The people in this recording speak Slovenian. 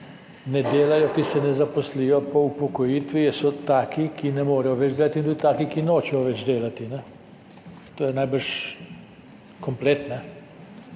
ki ne delajo, ki se ne zaposlijo po upokojitvi, taki, ki ne morejo več delati, in tudi taki, ki nočejo več delati. To je najbrž komplet.